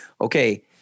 okay